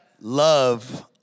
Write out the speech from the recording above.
Love